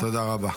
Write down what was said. תודה רבה.